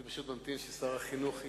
אני פשוט ממתין ששר החינוך ישמע,